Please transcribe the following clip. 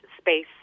space